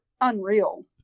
unreal